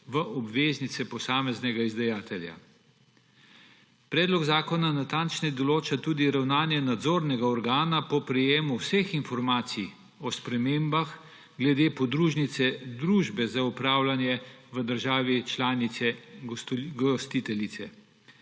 v obveznice posameznega izdajatelja. Predlog zakona natančneje določa tudi ravnanje nadzornega organa po prejemu vseh informacij o spremembah glede podružnice družbe za upravljanje v državi članici gostiteljice.